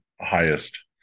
highest